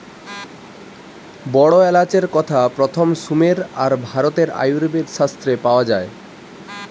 বড় এলাচের কথা প্রথম সুমের আর ভারতের আয়ুর্বেদ শাস্ত্রে পাওয়া যায়